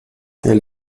elle